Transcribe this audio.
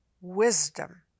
wisdom